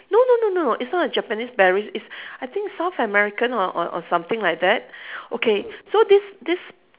no no no no it's not a Japanese berries it's I think south american or or or something like that okay so this this